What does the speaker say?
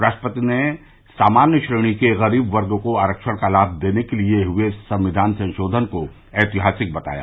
राष्ट्रपति ने सामान्य श्रेणी के गरीब वर्ग को आरक्षण का लाभ देने के लिए हए संविधान संशोधन को ऐतिहासिक बताया